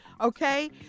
okay